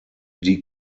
die